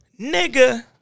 Nigga